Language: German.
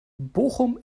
bochum